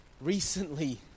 recently